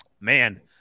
man